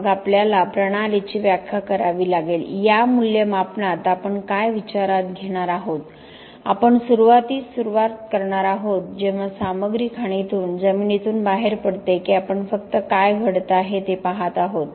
मग आपल्याला प्रणालीची व्याख्या करावी लागेल या मूल्यमापनात आपण काय विचारात घेणार आहोत आपण सुरुवातीस सुरुवात करणार आहोत जेव्हा सामग्री खाणीतून जमिनीतून बाहेर पडते की आपण फक्त काय घडत आहे ते पाहत आहोत